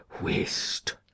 whist